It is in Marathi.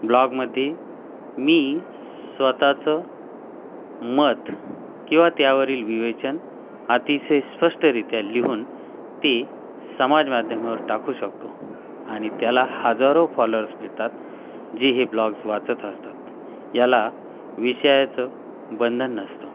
ब्लॉगमध्ये मी स्वतःचं मत किंवा त्यावरील विवेचन अतिशय स्पष्टरित्या लिहून ते समाज माध्यमावर टाकू शकतो आणि त्याला हाजारो फॉलोअर्स मिळतात जे हे ब्लॉग्स वाचत असतात याला विषयाचं बंधन नसतं